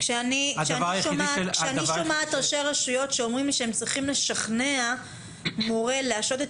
כשאני שומעת ראשי רשויות שאומרים שהם צריכים לשכנע מורה להשעות את